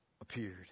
appeared